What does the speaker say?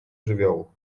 żywiołu